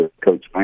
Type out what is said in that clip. Coach